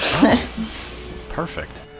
perfect